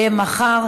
נתקבלה.